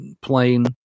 plane